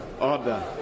Order